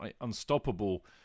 unstoppable